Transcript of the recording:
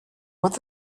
what